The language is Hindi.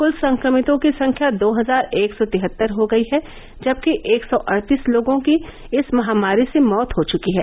क्ल संक्रमितों की संख्या दो हजार एक सौ तिहत्तर हो गई है जबकि एक सौ अड़तीस लोगों की इस महामारी से मौत हो चुकी है